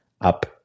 up